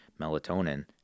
melatonin